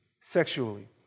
sexually